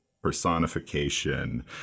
personification